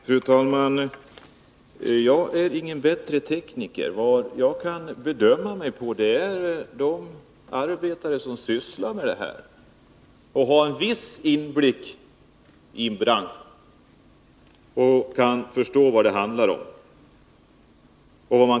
Fru talman! Jag är ingen bättre tekniker. Vad jag kan basera mina bedömningar på är uppgifter från de arbetare som sysslar med det här och som har en viss inblick i branschen, så att de kan förstå vad det handlar om.